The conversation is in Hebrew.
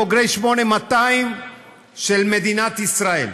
בוגרי 8200 של מדינת ישראל.